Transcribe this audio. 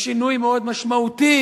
יש שינוי מאוד משמעותי,